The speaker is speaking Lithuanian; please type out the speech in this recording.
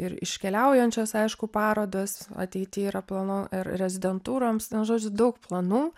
ir iškeliaujančios aišku parodos ateitį yra planuo ir rezidentūros na žodžiu daug planų